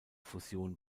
fusion